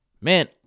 man